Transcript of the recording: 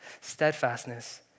Steadfastness